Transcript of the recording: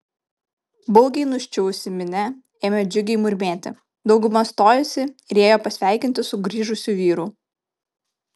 baugiai nuščiuvusi minia ėmė džiugiai murmėti dauguma stojosi ir ėjo pasveikinti sugrįžusių vyrų